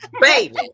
baby